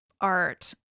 art